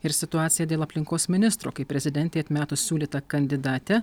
ir situaciją dėl aplinkos ministro kai prezidentei atmetus siūlytą kandidatę